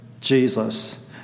Jesus